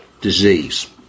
disease